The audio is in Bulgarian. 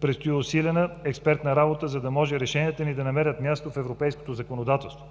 Предстои усилена експертна работа, за да може решенията ни да намерят място в европейското законодателство.